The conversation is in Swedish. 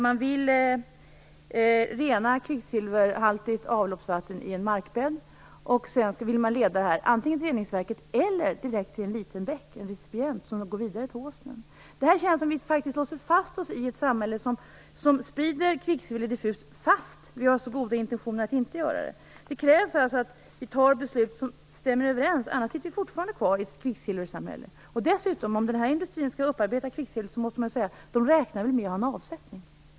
Man vill rena kvicksilverhaltig vatten i en markbädd och sedan vill men leda det antingen till reningsverket eller till en liten bäck, en recipient, där det sedan går vidare till Åsen. Detta känns som om vi faktiskt låser fast oss i ett samhälle som sprider kvicksilvret diffust trots att vi har så goda intentioner att inte göra det. Det krävs alltså att vi fattar beslut som stämmer överens, annars kommer vi att sitta kvar i ett kvicksilversamhälle också i framtiden. Dessutom: Om den här industrin skall upparbeta kvicksilver måste man säga att den väl räknar med att ha en avsättning.